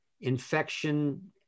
infection